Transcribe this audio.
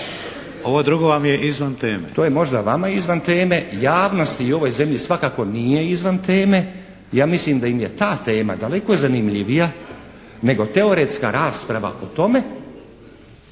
Ovo drugo vam je izvan teme.